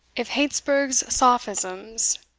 if heytesburg's sophisms,